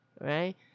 right